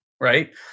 Right